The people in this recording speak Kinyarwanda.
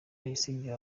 yasigiwe